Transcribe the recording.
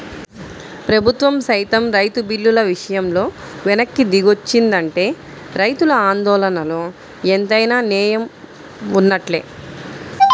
ప్రభుత్వం సైతం రైతు బిల్లుల విషయంలో వెనక్కి దిగొచ్చిందంటే రైతుల ఆందోళనలో ఎంతైనా నేయం వున్నట్లే